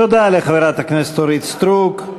תודה לחברת הכנסת אורית סטרוק.